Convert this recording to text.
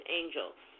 angels